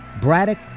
Braddock